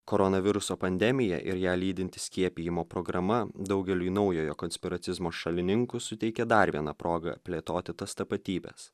koronaviruso pandemija ir ją lydinti skiepijimo programa daugeliui naujojo konspiracizmo šalininkų suteikė dar vieną progą plėtoti tas tapatybes